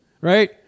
right